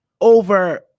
over